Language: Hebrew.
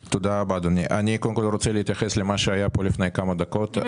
אני קודם כל רוצה להתייחס למה שהיה כאן לפני כמה דקות.